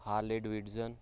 Harley Davidson